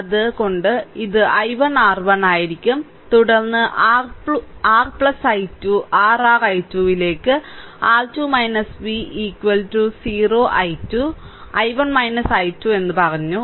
അതിനാൽ ഇത് I1 R 1 ആയിരിക്കും തുടർന്ന് r I2 r r I2 ലേക്ക് R 2 v 0 I2 I1 I2 എന്ന് പറഞ്ഞു